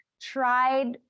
tried